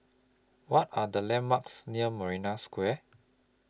What Are The landmarks near Marina Square